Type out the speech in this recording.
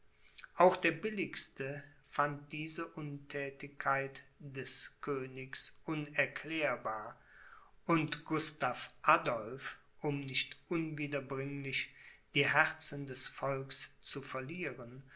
auch der billigste fand diese unthätigkeit des königs unerklärbar und gustav adolph um nicht unwiederbringlich die herzen des volks zu verlieren